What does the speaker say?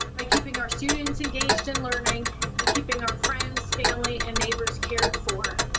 by keeping our students engaged in learning and keeping our friends, family and neighbors cared for.